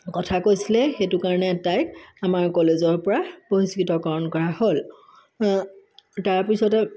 কথা কৈছিলে সেইটো কাৰণে তাইক আমাৰ কলেজৰ পৰা বহিস্কৃতকৰণ কৰা হ'ল তাৰপিছতে